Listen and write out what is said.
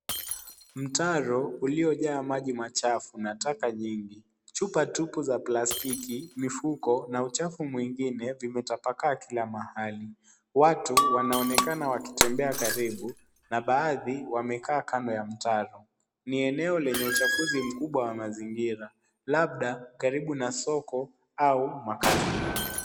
Mtaro uliyojaa maji machafu na taka nyingi. Chupa tupu za plastiki, mifuko na uchafu mwingine vimetapakaa kila mahali. Watu wanaonekana wakitembea karibu na baadhi wamekaa kando ya mtaro. Ni eneo lenye uchafuzi mkubwa wa mazingira, labda karibu na soko au makazi duni.